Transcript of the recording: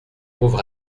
pauvre